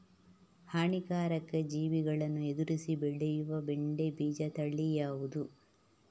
ಹಾನಿಕಾರಕ ಜೀವಿಗಳನ್ನು ಎದುರಿಸಿ ಬೆಳೆಯುವ ಬೆಂಡೆ ಬೀಜ ತಳಿ ಯಾವ್ದು?